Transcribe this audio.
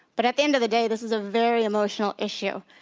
but at the end of the day this is a very emotional issue,